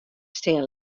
stean